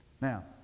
Now